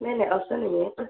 नाही नाही असं नाही आहे असं